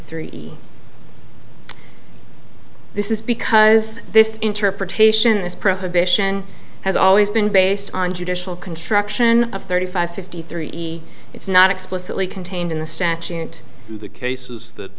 three this is because this interpretation is probation has always been based on judicial construction of thirty five fifty three it's not explicitly contained in the statute the cases that